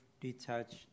detached